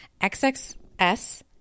XXS